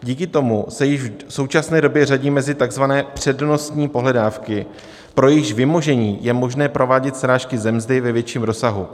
Díky tomu se již v současné době řadí mezi takzvané přednostní pohledávky, pro jejichž vymožení je možné provádět srážky ze mzdy ve větším rozsahu.